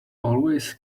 always